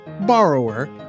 borrower